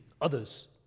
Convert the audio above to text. others